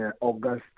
August